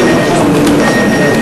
הצעת סיעת קדימה